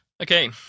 Okay